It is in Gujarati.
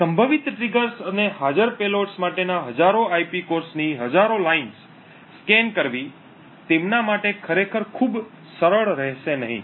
સંભવિત ટ્રિગર્સ અને હાજર પેલોડ્સ માટેના હજારો આઇપી કોર ની હજારો લીટીઓ સ્કેન કરવી તેમના માટે ખરેખર ખૂબ સરળ રહેશે નહીં